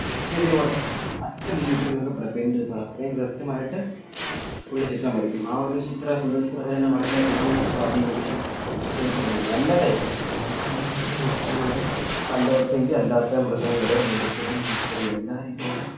കൃത്യതയോടെ അച്ചടിച്ചു വച്ചു എന്നൊക്കെ പറയാം പ്രിൻ്റ് എടുത്തത് പോലെ അത്രയും കൃത്യമായിട്ട് പുള്ളി ചിത്രം വരയ്ക്കും ആ ഒരു ചിത്ര പുള്ളിയുടെ ചിത്രരചന വളരെയധികം സ്വാധീനിച്ച ഒരു ചിത്രരചനയാണ് എല്ലാ ടൈപ്പും മന്ഷ്യന്മാരെങ്കിൽ മന്ഷ്യന്മാർ അല്ലാത്തെ എങ്കിൽ അല്ലാത്ത മൃഗങ്ങൾ മനുഷ്യൻ നേച്ചറ് എല്ലാ രീതികളും